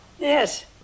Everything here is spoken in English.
Yes